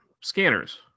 Scanners